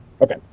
Okay